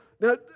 Now